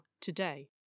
today